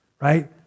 right